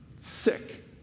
sick